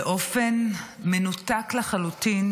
באופן מנותק לחלוטין